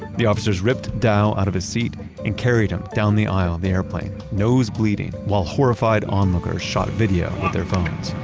the officer's ripped dao out of his seat and carried him down the aisle of the airplane, nose bleeding while horrified onlookers shot video with their phones